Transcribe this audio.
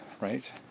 right